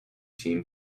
team